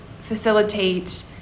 facilitate